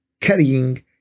carrying